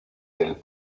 del